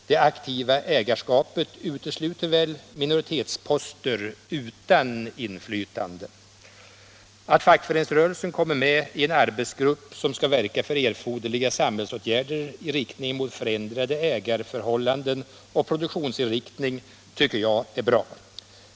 Det aktiva ägarskapet utesluter väl minoritetsposter utan inflytande. Att fackföreningsrörelsen kommer med i en arbetsgrupp som skall verka för erforderliga samhällsåtgärder i riktning mot förändrade ägarförhållanden och produktionsinriktning tycker jag är bra.